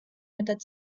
მეტად